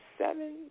seven